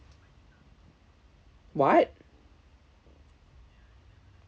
what